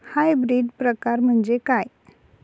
Hybrid प्रकार म्हणजे काय?